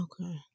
okay